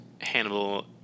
Hannibal